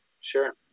Sure